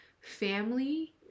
family